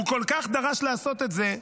הוא כל כך דרש לעשות את זה,